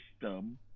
system